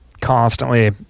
constantly